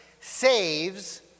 saves